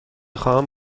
خواهم